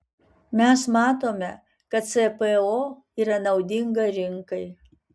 mes matome kad cpo yra naudinga rinkai